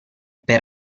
per